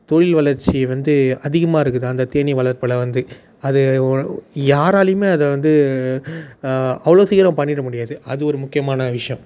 தொழில் வளர்ச்சி வந்து அதிகமாக இருக்குது அந்த தேனீ வளர்ப்பில் வந்து அது யாராலையுமே அதை வந்து அவ்வளோ சீக்கிரம் பண்ணிவிட முடியாது அது ஒரு முக்கியமான விஷயம்